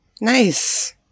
Nice